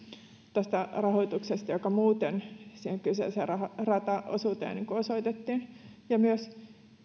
tästä rahoituksesta joka muuten siihen kyseiseen rataosuuteen osoitettiin myös